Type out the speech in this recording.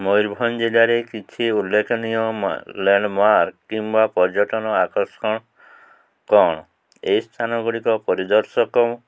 ମୟୂରଭଞ୍ଜ ଜିଲ୍ଲାରେ କିଛି ଉଲ୍ଲେଖନୀୟ ଲ୍ୟାଣ୍ଡମାର୍କ କିମ୍ବା ପର୍ଯ୍ୟଟନ ଆକର୍ଷଣ କ'ଣ ଏହି ସ୍ଥାନ ଗୁଡ଼ିକ ପରିଦର୍ଶକ